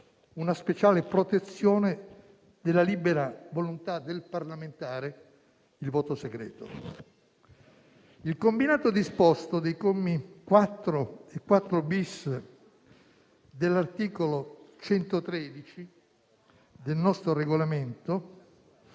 Il combinato disposto dei commi 4 e 4-*bis* dell'articolo 113 del nostro Regolamento